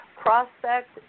prospect